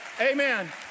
Amen